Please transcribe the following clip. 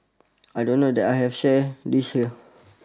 I don't know that I have share this here